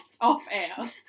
off-air